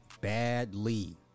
badly